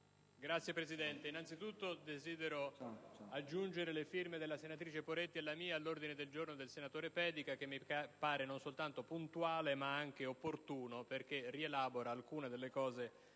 Signor Presidente, innanzitutto desidero aggiungere le firme della senatrice Poretti e mia all'ordine del giorno G100 del senatore Pedica, che pare non soltanto puntuale, ma anche opportuno perché rielabora alcune